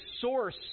source